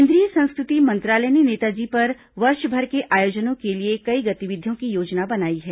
केन्द्रीय संस्कृति मंत्रालय ने नेताजी पर वर्षभर के आयोजनों के लिए कई गतिविधियों की योजना बनाई है